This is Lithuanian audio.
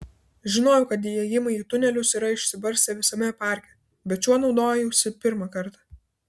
žinojau kad įėjimai į tunelius yra išsibarstę visame parke bet šiuo naudojausi pirmą kartą